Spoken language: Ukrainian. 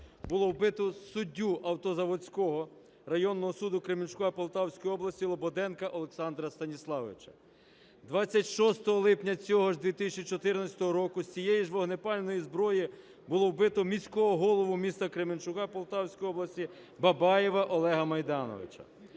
було вбито суддю Автозаводського районного суду Кременчука Полтавської області Лободенка Олександра Станіславовича. 26 шостого липня цього 2014 року з цієї ж вогнепальної зброї було вбито міського голову міста Кременчука Полтавської області Бабаєва Олега Мейдановича.